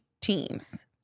teams